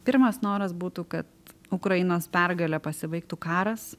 pirmas noras būtų kad ukrainos pergale pasibaigtų karas